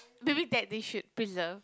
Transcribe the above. maybe that they should preserve